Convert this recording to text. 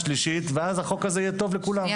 שלישית ואז החוק הזה יהיה טוב לכולם.